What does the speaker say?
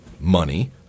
Money